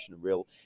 real